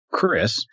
Chris